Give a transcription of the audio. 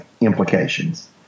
implications